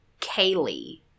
Kaylee